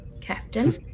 captain